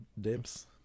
dips